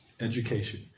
education